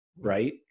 right